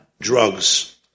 Drugs